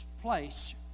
place